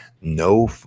No